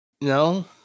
no